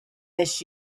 this